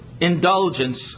indulgence